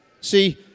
See